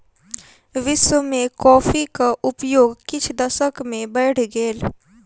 विश्व में कॉफ़ीक उपयोग किछ दशक में बैढ़ गेल